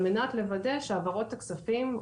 על מנת לוודא שהעברות הכספים,